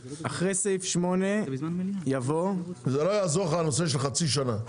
(3) אחרי סעיף 8 יבוא: זה לא יעזור לך הנושא של חצי שנה,